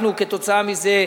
אנחנו בגלל זה,